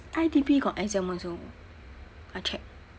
I_T_B got exam also I check